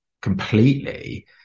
completely